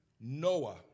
Noah